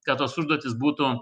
kad tos užduotys būtų